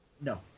No